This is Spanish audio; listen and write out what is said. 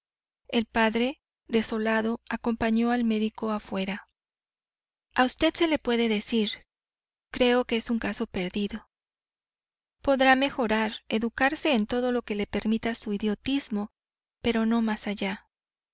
el padre desolado acompañó al médico afuera a usted se le puede decir creo que es un caso perdido podrá mejorar educarse en todo lo que permita su idiotismo pero no más allá